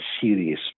serious